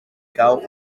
cau